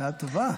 בשעה טובה.